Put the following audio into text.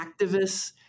activists